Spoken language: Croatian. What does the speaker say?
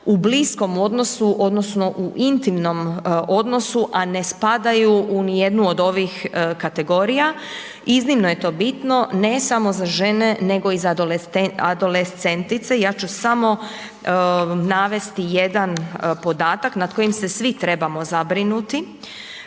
u bliskom odnosu odnosno u intimnom odnosu, a ne spadaju u ni jednu od ovih kategorija, iznimno je to bitno, ne samo za žene, nego i za adolescentice, ja ću samo navesti jedan podatak nad kojim se svi trebamo zabrinuti,